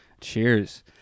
Cheers